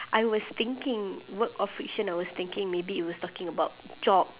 I was thinking work of friction I was thinking maybe it was talking about job